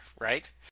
right